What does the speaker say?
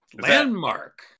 Landmark